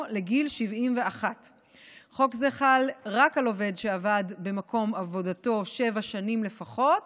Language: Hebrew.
לגיל 71. חוק זה חל רק על עובד שעבד במקום עבודתו שבע שנים לפחות